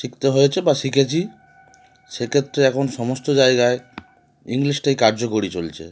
শিখতে হয়েছে বা শিখেছি সেক্ষেত্রে এখন সমস্ত জায়গায় ইংলিশটাই কার্যকরি চলছে